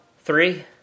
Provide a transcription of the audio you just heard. Three